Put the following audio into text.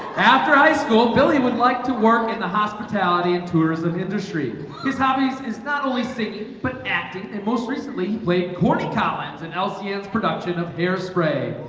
after highschool billy would like to work in the hospitality and tourism industry his hobbies is not only singing but acting and most recently played corny collins an and lcs production of hairspray